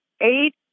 Eight